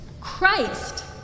Christ